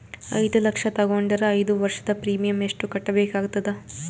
ಐದು ಲಕ್ಷ ತಗೊಂಡರ ಐದು ವರ್ಷದ ಪ್ರೀಮಿಯಂ ಎಷ್ಟು ಕಟ್ಟಬೇಕಾಗತದ?